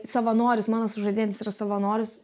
savanoris mano sužadėtinis yra savanorius